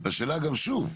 השאלה גם שוב,